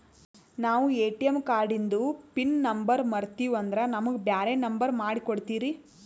ನಾನು ಎ.ಟಿ.ಎಂ ಕಾರ್ಡಿಂದು PIN number ಮರತೀವಂದ್ರ ನಮಗ ಬ್ಯಾರೆ ನಂಬರ್ ಮಾಡಿ ಕೊಡ್ತೀರಿ?